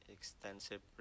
Extensive